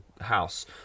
house